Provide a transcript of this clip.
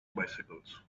bicycles